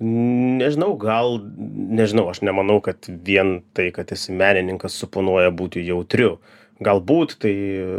nežinau gal nežinau aš nemanau kad vien tai kad esi menininkas suponuoja būti jautriu galbūt tai